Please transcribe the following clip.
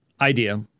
idea